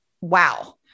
Wow